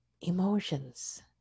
emotions